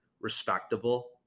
Respectable